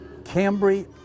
Cambry